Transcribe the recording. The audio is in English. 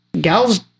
gals